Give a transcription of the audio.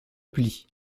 pli